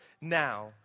now